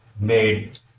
made